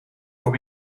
voor